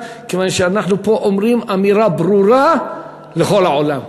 כיוון שאנחנו פה אומרים אמירה ברורה לכל העולם.